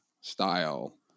style